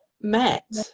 met